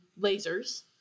lasers